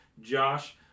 josh